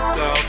go